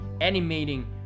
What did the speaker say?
animating